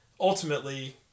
ultimately